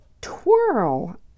twirl